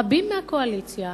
רבים מהקואליציה